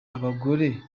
abagore